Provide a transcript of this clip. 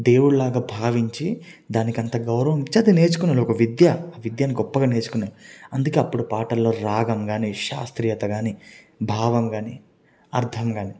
దేవుడు లాగా భావించి దానికంత గౌరవం ఇచ్చి అది నేర్చుకునేవారు అది ఒక విద్య విద్యను గొప్పగా నేర్చుకున్నారు అందుకే అప్పుడు పాటల్లో రాగం కాని శాస్త్రీయత కాని భావం కాని అర్థం కాని